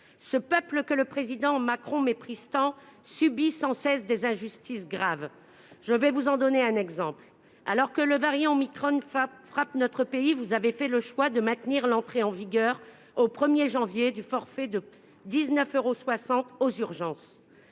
Ce peuple, que le président Macron méprise tant, subit sans cesse des injustices graves. Je vais vous en donner un exemple. Alors que le variant omicron frappe notre pays, vous avez fait le choix de maintenir l'entrée en vigueur, au 1 janvier 2022, du forfait de 19,60 euros aux urgences.